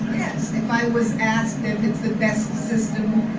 yes! if i was asked if it's the best system,